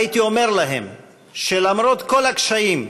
הייתי אומר להם שלמרות כל הקשיים,